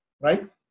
Right